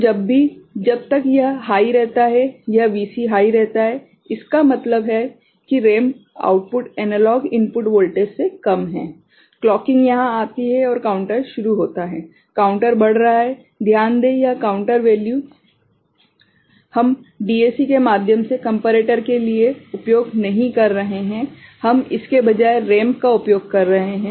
तो जब भी जब तक यह हाइ रहता है यह Vc हाइ रहता है इसका मतलब है कि ramp output analogue input voltage से कम है क्लॉकिंग यहां आती है और काउंटर शुरू होता है - काउंटर बढ़ रहा है ध्यान दें कि यह काउंटर वैल्यू हम डीएसी के माध्यम से कंपेरेटर के लिए उपयोग नहीं कर रहे हैं हम इसके बजाय रैंप का उपयोग कर रहे हैं